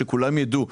שכולם ידעו,